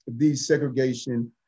desegregation